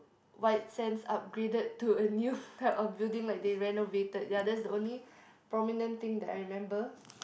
White-Sands upgraded to a new type of building like they renovated ya that's the only prominent thing that I remember